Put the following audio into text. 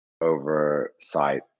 oversight